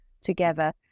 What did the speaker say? together